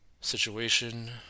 situation